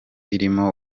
irimo